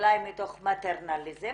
אולי מתוך מטרנליזם,